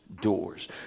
doors